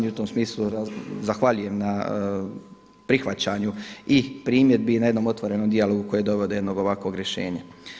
I u tom smislu zahvaljujem na prihvaćanju i primjedbi i na jednom otvorenom dijalogu koji je doveo do jednog ovakvog rješenja.